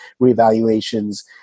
revaluations